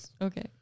Okay